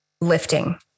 lifting